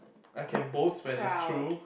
I can boast when it's true